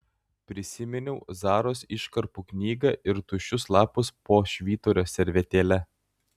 prisiminiau zaros iškarpų knygą ir tuščius lapus po švyturio servetėle